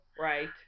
Right